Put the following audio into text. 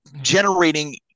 generating